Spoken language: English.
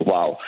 Wow